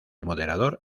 moderador